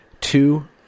two